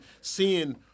seeing